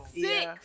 Six